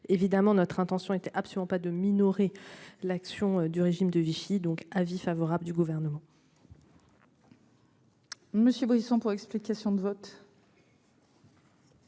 évidemment notre intention était absolument pas de minorer l'action du régime de Vichy. Donc, avis favorable du gouvernement.